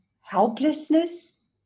helplessness